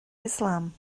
islam